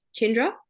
Chindra